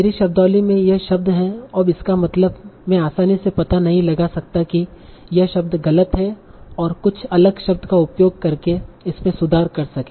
मेरी शब्दावली में यह शब्द है अब इसका मतलब मैं आसानी से पता नहीं लगा सकता कि यह शब्द गलत है और कुछ अलग शब्द का उपयोग करके इसमें सुधार कर सके